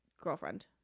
girlfriend